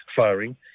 firing